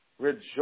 rejoice